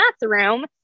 bathroom